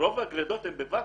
רוב הגרידות הן בואקום.